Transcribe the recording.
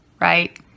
right